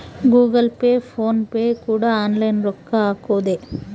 Google Pay PhonePe ಕೂಡ online ರೊಕ್ಕ ಹಕೊದೆ